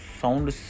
sound